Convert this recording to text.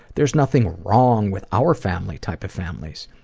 there's nothing wrong with our family type of families.